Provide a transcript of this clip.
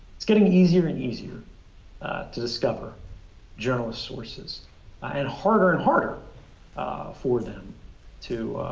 it's getting easier and easier to discover journalists' sources and harder and harder for them to